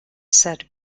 said